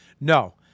No